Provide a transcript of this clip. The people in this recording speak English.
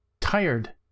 tired